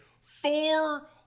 four